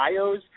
bios